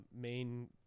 main